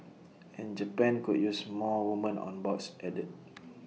and Japan could use more woman on boards added